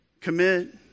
commit